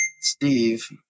steve